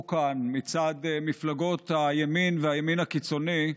כאן מצד מפלגות הימין והימין הקיצוני,